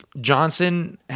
Johnson